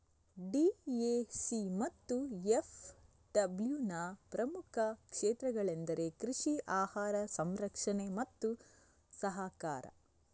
DAC ಮತ್ತು ಎಫ್.ಡಬ್ಲ್ಯೂನ ಪ್ರಮುಖ ಕ್ಷೇತ್ರಗಳೆಂದರೆ ಕೃಷಿ, ಆಹಾರ ಸಂರಕ್ಷಣೆ ಮತ್ತು ಸಹಕಾರ